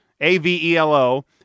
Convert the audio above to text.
A-V-E-L-O